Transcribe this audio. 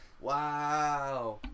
Wow